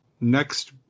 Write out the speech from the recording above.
next